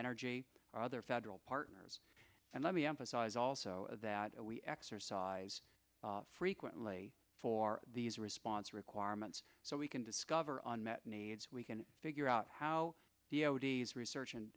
energy or other federal partners and let me emphasize also that we exercise frequently for these response requirements so we can discover on met needs we can figure out how the ots research and